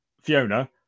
Fiona